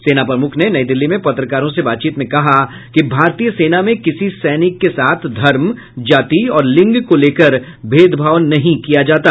सेना प्रमुख ने नई दिल्ली में पत्रकारों से बातचीत में कहा कि भारतीय सेना में किसी सैनिक के साथ धर्म जाति और लिंग को लेकर भेदभाव नहीं किया जाता